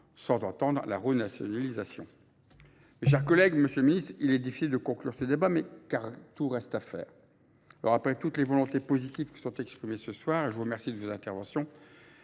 sans entendre la renationalisation. Mes chers collègues, monsieur le ministre, il est difficile de conclure ce débat, mais car tout reste à faire. Alors, après toutes les volontés positives que sont exprimées ce soir, je vous remercie de vos interventions.